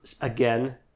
again